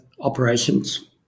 operations